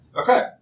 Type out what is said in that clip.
Okay